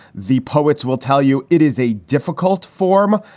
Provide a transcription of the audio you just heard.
the poets will tell you it is a difficult form.